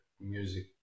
music